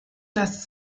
das